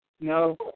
No